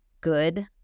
good